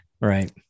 Right